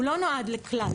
הוא לא נועד לכלל.